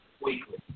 weekly